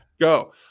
Go